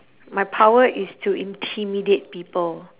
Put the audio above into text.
my power is to intimidate people